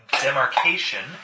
Demarcation